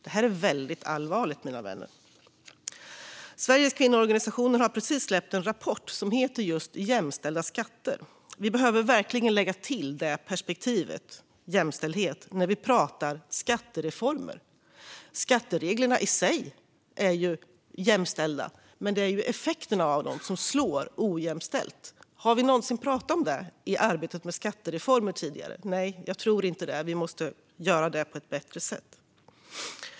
Detta är väldigt allvarligt, mina vänner. Sveriges Kvinnoorganisationer har precis släppt en rapport som heter Jämställda skatter . Vi behöver verkligen lägga till perspektivet jämställdhet när vi pratar skattereformer. Skattereglerna är i sig "jämställda", men effekterna av dem slår ojämställt. Har vi någonsin tidigare pratat om det i arbetet med skattereformer? Nej, jag tror inte det. Vi måste göra det på ett bättre sätt.